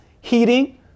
heating